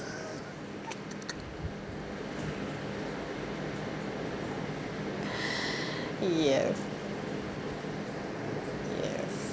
yes yes